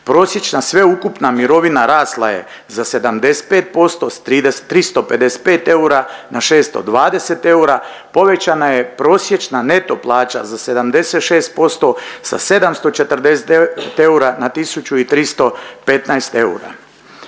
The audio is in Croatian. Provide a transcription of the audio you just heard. Prosječna sveukupna mirovina rasla je za 75% sa 355 eura na 620 eura. Povećana je prosječna neto plaća za 76% sa 749 eura na 1315 eura.